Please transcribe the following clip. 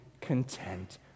content